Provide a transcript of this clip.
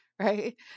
Right